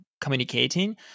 communicating